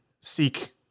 seek